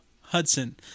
Hudson